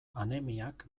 anemiak